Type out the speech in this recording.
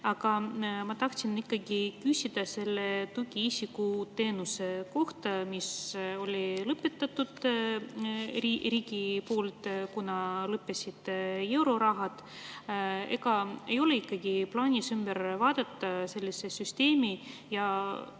Aga ma tahtsin ikkagi küsida tugiisikuteenuse kohta, mis lõpetati riigi poolt, kuna lõppesid eurorahad. Ega ei ole plaanis ümber vaadata seda süsteemi ja